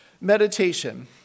Meditation